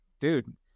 Dude